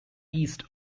east